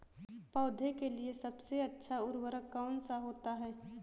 पौधे के लिए सबसे अच्छा उर्वरक कौन सा होता है?